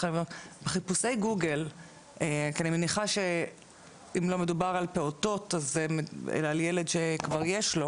כי אני מניחה שאם לא מדובר על פעוטות אלא על ילד שכבר יש לו